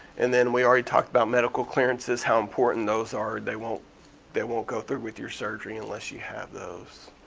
and then we already talked about medical clearances, how important those are. they won't they won't go through with your surgery unless you have those.